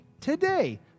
today